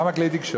למה כלי תקשורת?